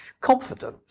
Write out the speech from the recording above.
confidence